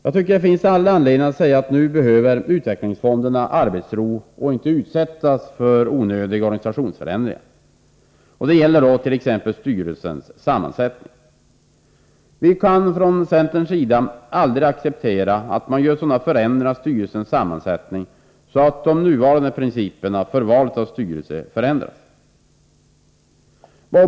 Det finns all anledning att säga att utvecklingsfonderna nu behöver arbetsro och inte skall utsättas för olika organisationsförändringar. Det gäller t.ex. styrelsens sammansättning. Vi kan från centerns sida aldrig acceptera att man gör sådana förändringar av styrelsens sammansättning att nuvarande principer för valet av styrelser förändras.